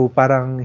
parang